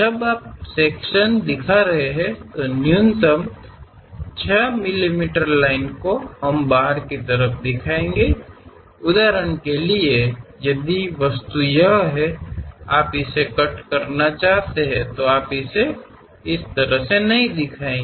जब आप एक सेक्शन दिखा रहे हैं तो न्यूनतम 6 मिमी लंबाई को हम बाहर की तरफ दिखाएंगे उदाहरण के लिए यदि वस्तु यह है आप इसे कट करना चाहते हैं आप इसे तरह से नहीं दिखाएंगे